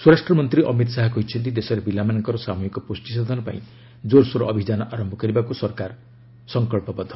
ସ୍ୱରାଷ୍ଟ୍ରମନ୍ତ୍ରୀ ଅମିତ ଶାହ କହିଛନ୍ତି ଦେଶରେ ପିଲାମାନଙ୍କର ସାମ୍ବହିକ ପୁଷ୍ଟି ସାଧନ ପାଇଁ ଜୋରସୋର ଅଭିଯାନ ଆରମ୍ଭ କରିବାକୁ ସରକାର ବଚନବଦ୍ଧ